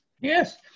Yes